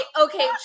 okay